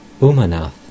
Umanath